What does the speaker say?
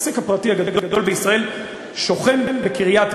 המעסיק הפרטי הגדול ביותר במדינת ישראל שוכן בקריית-גת.